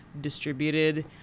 distributed